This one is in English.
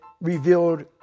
revealed